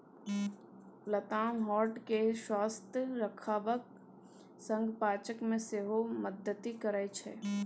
लताम हार्ट केँ स्वस्थ रखबाक संग पाचन मे सेहो मदति करय छै